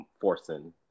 forcing